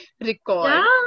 record